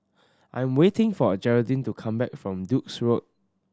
I am waiting for Jeraldine to come back from Duke's Road